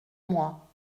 moi